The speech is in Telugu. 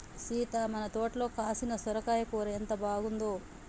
సీత మన తోటలో కాసిన సొరకాయ కూర ఎంత బాగుందో